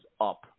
up